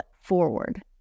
forward